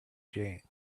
jane